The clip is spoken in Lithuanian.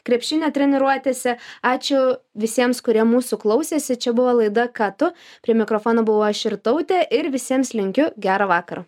krepšinio treniruotėse ačiū visiems kurie mūsų klausėsi čia buvo laida ką tu prie mikrofono buvau aš irtautė ir visiems linkiu gero vakaro